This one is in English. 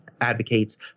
advocates